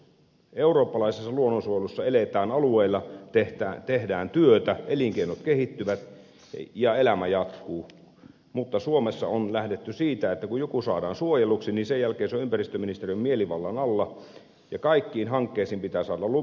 eurooppalaisessa luonnonsuojelussa eletään alueilla tehdään työtä elinkeinot kehittyvät ja elämä jatkuu mutta suomessa on lähdetty siitä että kun joku saadaan suojelluksi niin sen jälkeen se on ympäristöministeriön mielivallan alla ja kaikkiin hankkeisiin pitää saada lupa